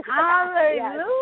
Hallelujah